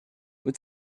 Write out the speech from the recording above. were